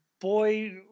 boy